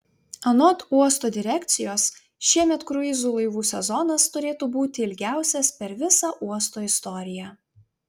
anot uosto direkcijos šiemet kruizų laivų sezonas turėtų būti ilgiausias per visą uosto istoriją